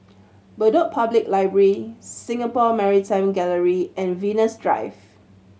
Bedok Public Library Singapore Maritime Gallery and Venus Drive